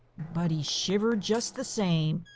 but he shivered just the same.